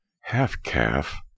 half-calf